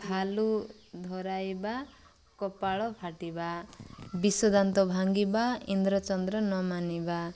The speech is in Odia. ଧାଲୁ ଧରାଇବା କପାଳ ଫାଟିବା ବିଶ୍ୱଦାନ୍ତ ଭାଙ୍ଗିବା ଇନ୍ଦ୍ର ଚନ୍ଦ୍ର ନ ମାନିବା